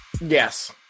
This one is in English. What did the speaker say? Yes